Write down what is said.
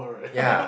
ya